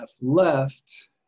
left